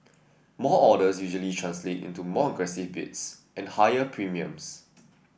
more orders usually translate into more aggressive bids and higher premiums